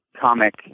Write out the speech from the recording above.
comic